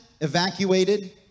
evacuated